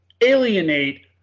alienate